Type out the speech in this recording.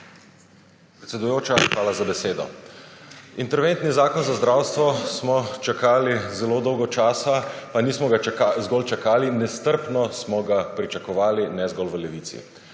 Predsedujoča, hvala za besedo. Interventni zakon za zdravstvo smo čakali zelo dolgo časa. Pa nismo ga zgolj čakali, nestrpno smo ga pričakovali - ne zgolj v Levici